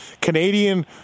Canadian